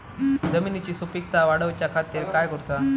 जमिनीची सुपीकता वाढवच्या खातीर काय करूचा?